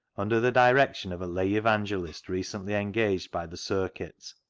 under the direction of a lay evangelist recently engaged by the circuit.